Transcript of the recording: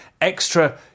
extra